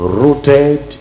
rooted